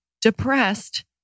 depressed